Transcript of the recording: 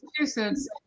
Massachusetts